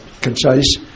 concise